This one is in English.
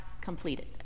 completed